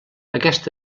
aquest